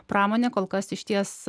pramonė kol kas išties